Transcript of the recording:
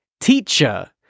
Teacher